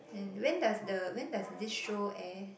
and when does the when does this show air